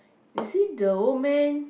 you see the old man